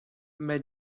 m’a